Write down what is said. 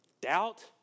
doubt